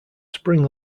spring